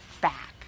back